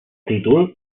títol